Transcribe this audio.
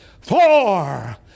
four